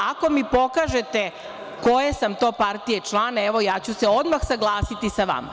Ako mi pokažete koje sam to partije član, evo, ja ću se odmah saglasiti sa vama.